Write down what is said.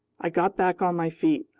i got back on my feet.